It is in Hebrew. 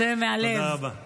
זה מהלב, מהנשמה.